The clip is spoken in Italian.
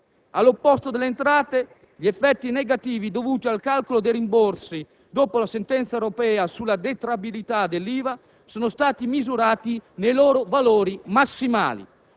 All'opposto delle entrate, gli effetti negativi dovuti al calcolo dei rimborsi dopo la sentenza europea sulla detraibilità dell'IVA sono stati misurati nei loro valori massimali: